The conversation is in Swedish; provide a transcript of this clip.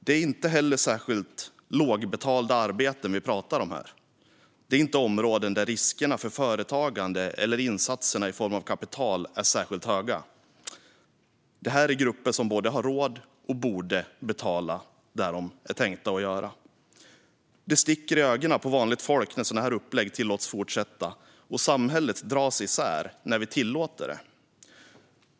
Det är inte heller särskilt lågbetalda arbeten vi talar om, och det är inte områden där riskerna med företagande eller insatserna i form av kapital är särskilt höga. Det här är grupper som både har råd att och borde betala det de ska. Det sticker i ögonen på vanligt folk när sådana här upplägg tillåts fortsätta, och samhället dras isär när vi tillåter det.